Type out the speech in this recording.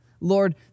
Lord